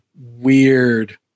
weird